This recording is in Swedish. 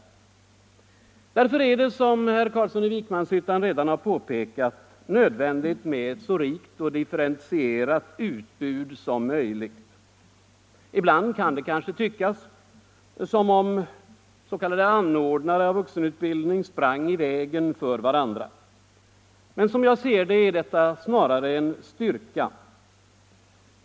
Tisdagen den Mot denna bakgrund är det, som herr Carlsson i Vikmanshyttan redan 20 maj 1975 har påpekat, nödvändigt med ett så rikt och differentierat utbud avut= = Lo bildning som möjligt. Ibland kan det kanske synas som om s.k. anordnare — Vuxenutbildningen, av vuxenutbildning sprang i vägen för varandra. Men som jag ser det = m.m. är detta snarare en styrka.